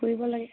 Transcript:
ফুৰিব লাগে